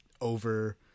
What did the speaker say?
over